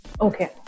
Okay